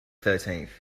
thirteenth